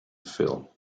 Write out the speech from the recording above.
phil